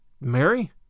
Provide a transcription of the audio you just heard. Mary